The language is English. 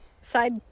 Side